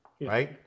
right